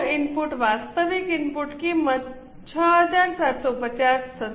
input વાસ્તવિક input કિંમત 6750 થશે